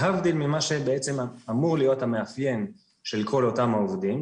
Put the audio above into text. להבדיל ממה שבעצם אמור להיות המאפיין של כל אותם העובדים,